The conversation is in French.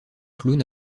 clown